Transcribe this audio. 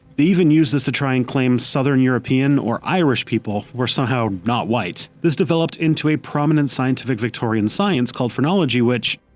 they even used this to try and claim southern european or irish people were somehow not white. this developed into a prominent scientific victorian science called phrenology which,